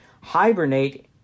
hibernate